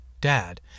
dad